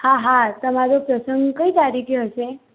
હા હા તમારો પ્રસંગ કઈ તારીખે હશે